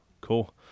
Cool